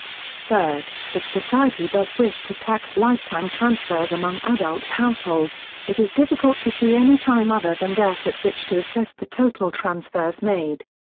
third, if society does wish to tax lifetime transfers among adult households, it is difficult to see any time other than death at which to assess the total transfers made.